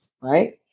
right